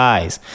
Eyes